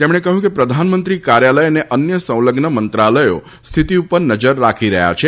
તેમણે કહ્યું કે પ્રધાનમંત્રી કાર્યાલય અને અન્ય સંલઝ્ન મંત્રાલયો સ્થિતિ પર નજર રાખી રહ્યાં છે